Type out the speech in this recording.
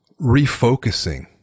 refocusing